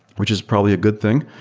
which is probably a good thing,